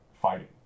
fighting